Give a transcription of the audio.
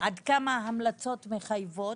עד כמה המלצות מחייבות.